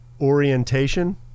orientation